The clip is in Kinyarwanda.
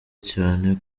cyane